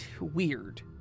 weird